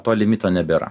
to limito nebėra